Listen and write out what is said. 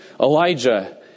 Elijah